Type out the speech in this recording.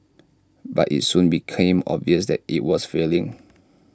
but IT soon became obvious that IT was failing